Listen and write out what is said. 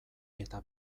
eta